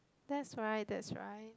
that's right that's right